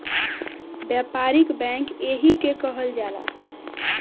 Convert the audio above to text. व्यापारिक बैंक एही के कहल जाला